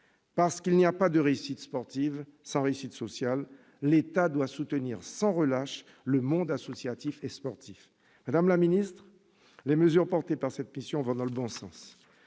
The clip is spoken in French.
Parce qu'il n'y a pas de réussite sportive sans réussite sociale, l'État doit soutenir sans relâche le monde associatif et sportif. Madame la ministre, les mesures portées par cette mission vont dans le bon sens.